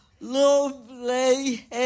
Lovely